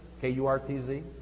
K-U-R-T-Z